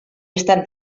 estan